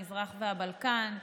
מזרח ובלקן.